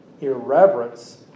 irreverence